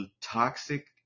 toxic